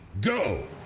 go